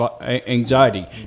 anxiety